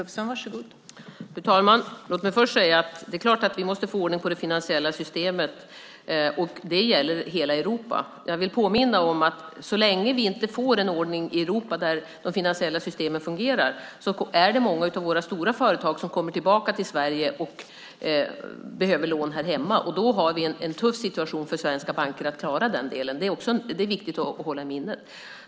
Fru talman! Låt mig först säga att det är klart att vi måste få ordning på det finansiella systemet, och det gäller i hela Europa. Jag vill påminna om att så länge vi inte får en ordning i Europa som gör att de finansiella systemen fungerar är det många av våra stora företag som kommer tillbaka till Sverige och behöver lån här hemma. Då är det en tuff situation för svenska banker att klara det. Det är viktigt att hålla i minnet.